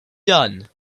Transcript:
done